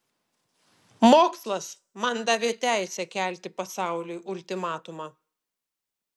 mokslas man davė teisę kelti pasauliui ultimatumą